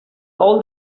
all